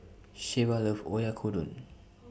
Shelva loves Oyakodon